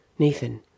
Nathan